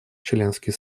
членский